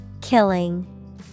Killing